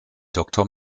doktor